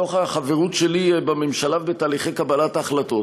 מתוך החברות שלי בממשלה ובתהליכי קבלת ההחלטות,